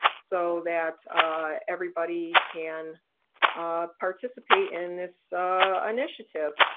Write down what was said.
so that everybody can participate in this ah initiative.